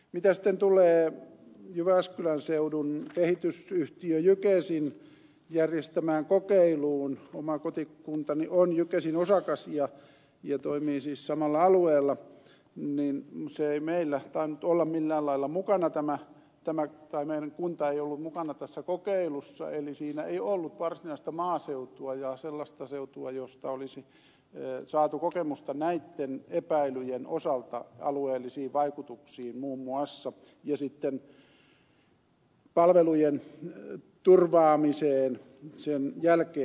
mitä sitten tulee jyväskylän seudun kehitysyhtiö jykesin järjestämään kokeiluun oma kotikuntani on jykesin osakas ja toimii siis samalla alueella meidän kuntamme ei tainnut olla millään lailla mukana tämä tämän talven lunta ei ollut mukana tässä kokeilussa eli siinä ei ollut varsinaista maaseutua ja sellaista seutua josta olisi saatu kokemusta näitten epäilyjen osalta alueellisiin vaikutuksiin muun muassa ja sitten palvelujen turvaamiseen sen jälkeen